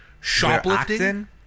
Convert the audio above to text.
shoplifting